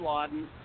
Laden